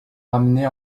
ramenait